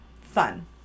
Fun